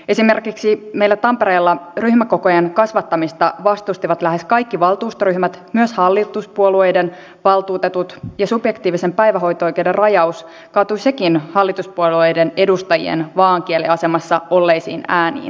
esimerkiksi meillä tampereella ryhmäkokojen kasvattamista vastustivat lähes kaikki valtuustoryhmät myös hallituspuolueiden valtuutetut ja subjektiivisen päivähoito oikeuden rajaus kaatui sekin hallituspuolueiden edustajien vaaankieliasemassa olleisiin ääniin